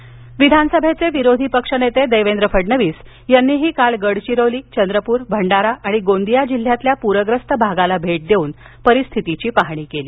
फडणवीस पूरपहाणी विधानसभेचे विरोधी पक्षनेते देवेंद्र फडणवीस यांनीही काल गडचिरोली चंद्रपूर भंडारा आणि गोंदिया जिल्ह्यातल्या पूरग्रस्त भागाला भेट देऊन परिस्थितीची पाहणी केली